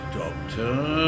doctor